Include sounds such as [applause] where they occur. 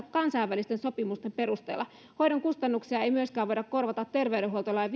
[unintelligible] kansainvälisten sopimusten perusteella hoidon kustannuksia ei myöskään voida korvata terveydenhuoltolain [unintelligible]